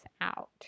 out